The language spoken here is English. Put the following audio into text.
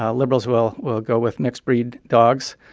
ah liberals will will go with mixed-breed dogs.